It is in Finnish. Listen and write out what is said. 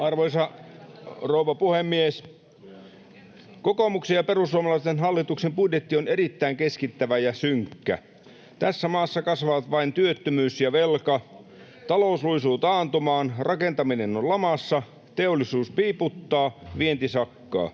Arvoisa rouva puhemies! Kokoomuksen ja perussuomalaisten hallituksen budjetti on erittäin keskittävä ja synkkä. Tässä maassa kasvavat vain työttömyys ja velka. Talous luisuu taantumaan, rakentaminen on lamassa, teollisuus piiputtaa, vienti sakkaa.